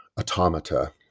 Automata